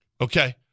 Okay